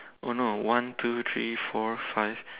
oh no one two three four five